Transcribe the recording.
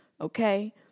okay